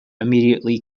immediately